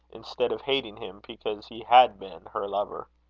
instead of hating him because he had been her lover.